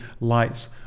lights